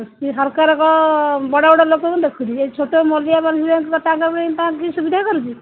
ଆଉ ସରକାରଙ୍କ ବଡ଼ ବଡ଼ ଲୋକଙ୍କୁ ଦେଖୁଛି ଏଇ ଛୋଟ ମୁଲିଆ ମଝି ତାଙ୍କ ପାଇଁ ସୁବିଧା କରୁଛି